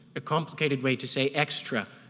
a complicated way to say extra,